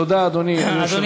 תודה, אדוני היושב-ראש.